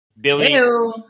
Billy